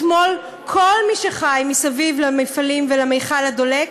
אתמול כל מי שחי מסביב למפעלים ולמכל הדולק